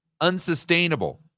unsustainable